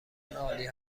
عالی